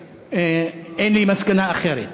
אין לי מסקנה אחרת.